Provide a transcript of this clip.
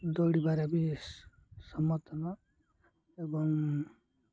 ଦୌଡ଼ିବାର ବି ସ ସମର୍ଥନ ଏବଂ